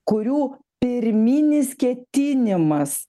kurių pirminis ketinimas